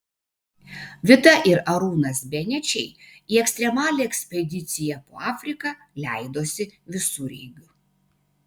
vita ir arūnas benečiai į ekstremalią ekspediciją po afriką leidosi visureigiu